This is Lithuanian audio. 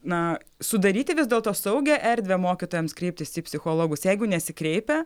na sudaryti vis dėlto saugią erdvę mokytojams kreiptis į psichologus jeigu nesikreipia